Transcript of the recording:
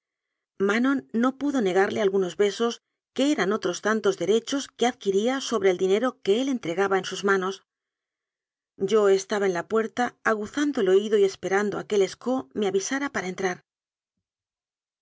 manon no pudo negarle algunos besos que eran otros tantos derechos que adquiría sobre el dinero que él entregaba en sus manos yo estaba en la puerta aguzando el oído y esperando a que lescaut me avisara para